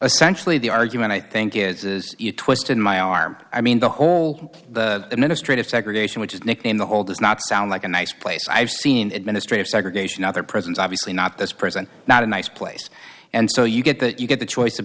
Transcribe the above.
essentially the argument i think is twisting my arm i mean the whole the ministry of segregation which is nicknamed the whole does not sound like a nice place i've seen administrative segregation other prisons obviously not this prison not a nice place and so you get that you get the choice of